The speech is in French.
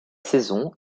saison